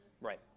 Right